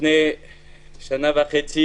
לפני שנה וחצי